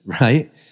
right